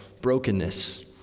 brokenness